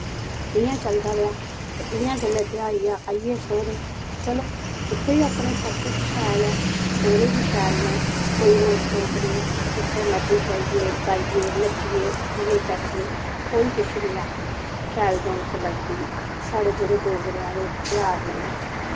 इयां चलदा गेआ चे इयां जेल्ले ब्याह् होइया आैये सौह्रे चलो इत्थे बी सब कुछ अपने शैल ऐ सौह्रे बी शैल नै कोई रोक टोक नी जित्थें मर्जी जाइये गाइये नच्चिये उट्ठिये बैट्ठिये कोई किश नी आखदा शैल रौनक लगदी साढ़े जेह्ड़े डोगरेंआं दे ध्यार न